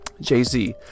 jay-z